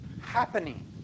happening